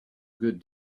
good